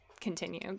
continue